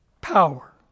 Power